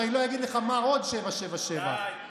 שאני לא אגיד לך מה עוד 777. די.